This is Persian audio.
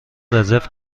رزرو